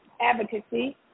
advocacy